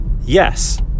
yes